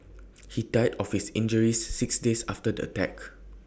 he died of his injuries six days after the attack